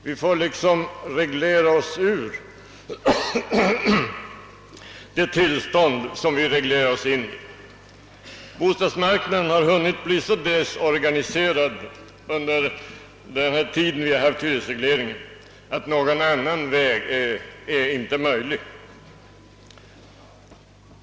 Vi får liksom reglera oss ur det tillstånd som vi reglerat oss in i. Bostadsmarknaden har hunnit bli så desorganiserad under den tid vi haft hyresreglering att någon annan väg inte är möjlig.